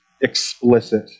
explicit